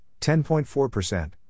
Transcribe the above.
10.4%